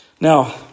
Now